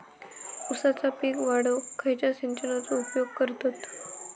ऊसाचा पीक वाढाक खयच्या सिंचनाचो उपयोग करतत?